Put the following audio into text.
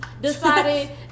decided